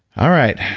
all right.